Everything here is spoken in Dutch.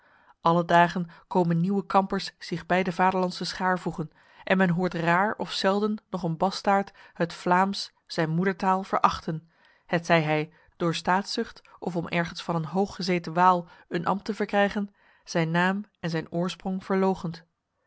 alle dagen komen nieuwe kampers zich bij de vaderlandse schaar voegen en men hoort raar of zelden nog een bastaard het vlaams zijn moedertaal verachten hetzij hij door staatzucht of om ergens van een hooggezeten waal een ambt te verkrijgen zijn naam en zijn oorsprong verloochent